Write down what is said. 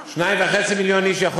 2.5 מיליון איש,